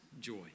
joy